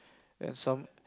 and some